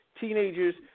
teenagers